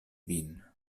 vin